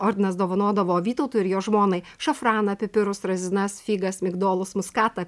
ordinas dovanodavo vytautui ir jo žmonai šafraną pipirus razinas figas migdolus muskatą